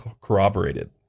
corroborated